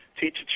teach